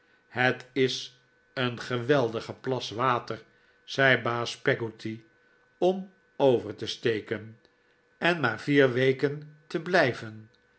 het is een geweldige plas water zei baas peggotty om over te steken en maar vier weken te blijven